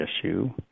issue